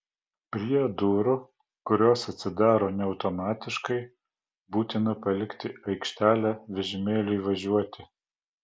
prie durų kurios atsidaro ne automatiškai būtina palikti aikštelę vežimėliui važiuoti